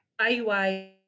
IUI